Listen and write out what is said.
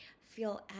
feel